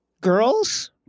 girls